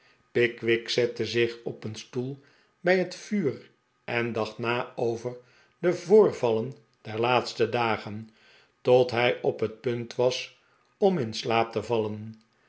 pickwick zette zich op een stoel bij het vuur en dacht na over de voorvallen der laatste dagen tot hij op het punt was om in slaap te vallen